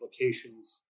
implications